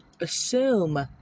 assume